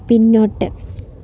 പിന്നോട്ട്